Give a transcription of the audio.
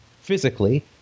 physically